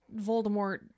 Voldemort